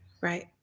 Right